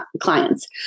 clients